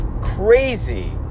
crazy